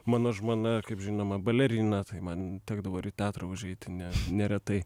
mano žmona kaip žinoma balerina tai man tekdavo ir į teatrą užeiti ne neretai